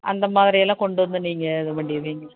அந்தமாதிரியெல்லாம் கொண்டு வந்து நீங்கள் இது பண்ணிடுவீங்க